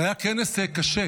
זה היה כנס קשה